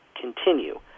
continue